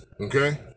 Okay